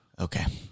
Okay